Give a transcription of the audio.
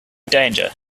danger